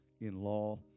in-law